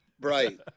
Right